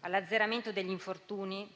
all'azzeramento degli infortuni